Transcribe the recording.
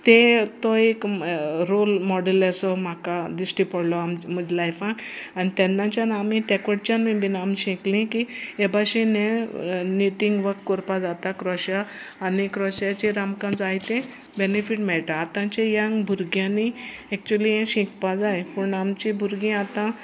ते तो एक रोल मॉडल असो म्हाका दिश्टी पडलो आ मुजे लायफाक आनी तेन्नाच्यान आमी तेकटच्यानूय बीन आमी शिकलीं की हे भाशेन हें निटींग वर्क करपा जाता क्रोशा आनी क्रोशाचेर आमकां जायते बेनिफीट मेळटा आतांचे यंग भुरग्यांनी एक्च्युली हें शिकपा जाय पूण आमचीं भुरगीं आतां